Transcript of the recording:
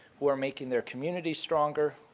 who are making their communities stronger,